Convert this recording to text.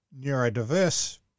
neurodiverse